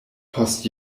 post